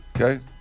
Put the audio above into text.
Okay